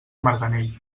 marganell